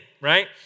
right